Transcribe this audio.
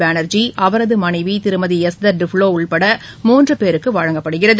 பானா்ஜி அவரது மனைவி திருமதி எஸ்தர் டுப்லோ உட்பட மூன்று பேருக்கு வழங்கப்படுகிறது